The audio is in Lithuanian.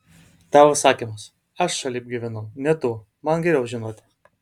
tavo sakymas aš šalip gyvenau ne tu man geriau žinoti